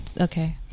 okay